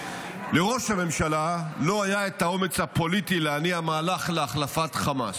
לראש הממשלה לא היה את האומץ הפוליטי להניע מהלך להחלפת חמאס.